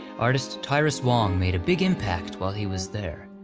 artist tyrus wong made a big impact while he was there.